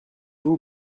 vous